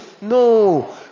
No